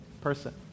person